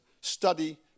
study